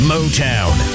Motown